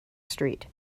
street